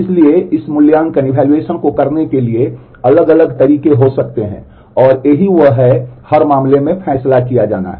इसलिए इस मूल्यांकन को करने के लिए अलग अलग तरीके हो सकते हैं और यही वह है हर मामले में फैसला किया जाना है